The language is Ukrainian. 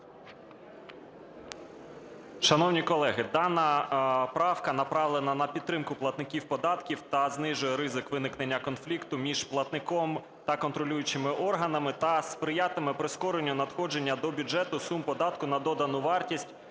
Шановні колеги, дана правка направлена на підтримку платників податків та знижує ризик виникнення конфлікту між платником та контролюючими органами, та сприятиме прискоренню надходження до бюджету сум податку на додану вартість